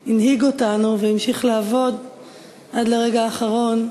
הוא הנהיג אותנו והמשיך לעבוד עד לרגע האחרון,